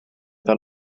fel